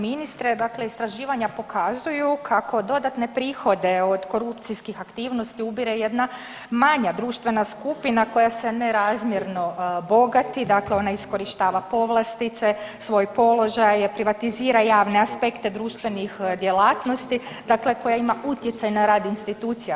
Poštovani ministre, dakle istraživanja pokazuju kako dodatne prihode od korupcijskih aktivnosti ubire jedna manja društvena skupina koja se nerazmjerno bogati, dakle ona iskorištava povlastice, svoj položaj, privatizira javne aspekte društvenih djelatnosti, dakle koja ima utjecaj na rad institucija.